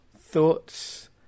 thoughts